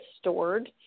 stored